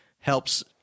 helps